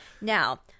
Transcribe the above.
Now